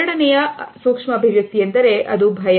ಎರಡನೆಯದು ಭಯ